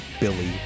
Billy